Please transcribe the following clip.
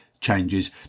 changes